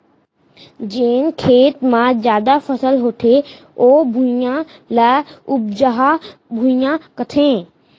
जेन खेत म जादा फसल होथे ओ भुइयां, ल उपजहा भुइयां कथें